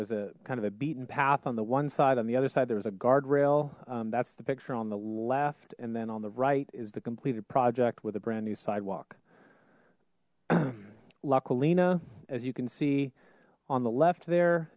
was a kind of a beaten path on the one side on the other side there was a guardrail that's the picture on the left and then on the right is the completed project with a brand new sidewalk la colina as you can see on the left the